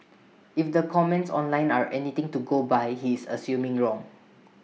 if the comments online are anything to go by he is assuming wrong